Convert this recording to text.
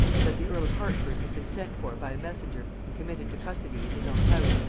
that the earl of hertford had been sent for by a messenger and committed to custody in his own house,